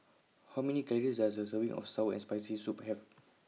How Many Calories Does A Serving of Sour and Spicy Soup Have